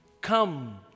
Come